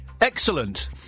Excellent